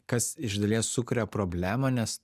kas iš dalies sukuria problemą nes